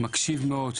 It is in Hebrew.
מקשיב מאוד,